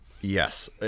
Yes